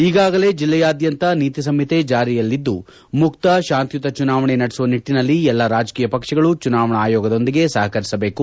ಈಗಾಗಲೇ ಜಿಲ್ಲೆಯಾದ್ಧಂತ ನೀತಿ ಸಂಹಿತೆ ಜಾರಿಯಲ್ಲಿದ್ದು ಮುಕ್ತ ಶಾಂತಿಯುತ ಚುನಾವಣೆ ನಡೆಸುವ ನಿಟ್ಟನಲ್ಲಿ ಎಲ್ಲಾ ರಾಜಕೀಯ ಪಕ್ಷಗಳು ಚುನಾವಣಾ ಆಯೋಗದೊಂದಿಗೆ ಸಹಕರಿಸಬೇಕು